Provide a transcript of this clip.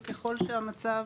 וככל שהמצב